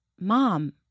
Mom